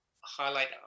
highlight